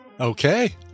Okay